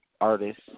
artists